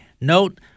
Note